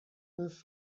neuf